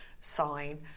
sign